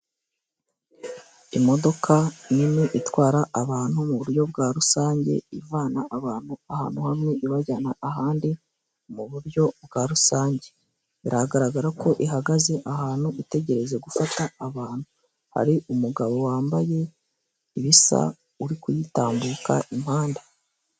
Imodoka nini itwara abantu mu buryo bwa rusange ,ivana abantu ahantu hamwe ibajyana ahandi mu buryo bwa rusange ,biragaragara ko ihagaze ahantu itegerereza gufata abantu ,hari umugabo wambaye ibisa uri kuyitambuka impande.